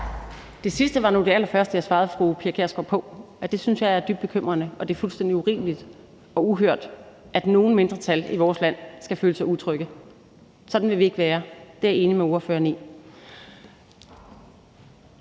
Det sidste var nu det allerførste, jeg svarede fru Pia Kjærsgaard på, altså at jeg synes, det er dybt bekymrende, og det er fuldstændig urimeligt og uhørt, at nogle mindretal i vores land skal føle sig utrygge. Sådan vil vi ikke være. Det er jeg enig med ordføreren i.